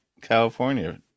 California